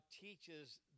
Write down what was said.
teaches